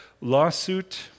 lawsuit